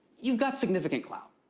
you've got significant clout.